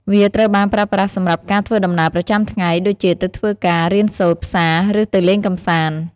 វាត្រូវបានប្រើប្រាស់សម្រាប់ការ ធ្វើដំណើរប្រចាំថ្ងៃ ដូចជាទៅធ្វើការ រៀនសូត្រ ផ្សារ ឬទៅលេងកម្សាន្ត ។